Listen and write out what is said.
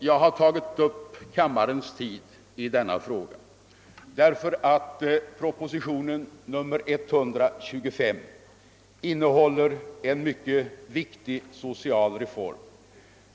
Jag har tagit upp kammarens tid i denna fråga, därför att propositionen 125 innehåller en mycket viktig social reform.